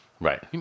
Right